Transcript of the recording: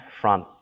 front